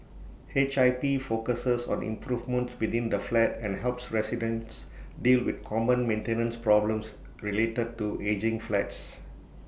H I P focuses on improvements within the flat and helps residents deal with common maintenance problems related to ageing flats